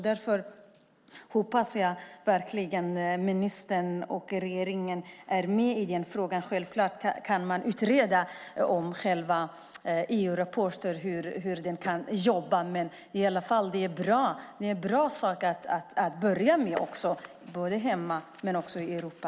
Därför hoppas jag verkligen att ministern och regeringen är med i den frågan. Självklart kan man utreda hur man kan jobba. Detta är en bra sak att börja med både hemma och i Europa.